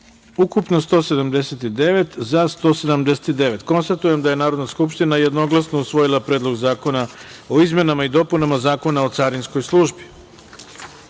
ukupno 179, za – 179.Konstatujem da je Narodna skupština jednoglasno usvojila Predlog zakona o izmenama i dopunama Zakona o carinskoj službi. Pošto